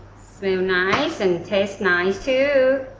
smell nice and taste nice too.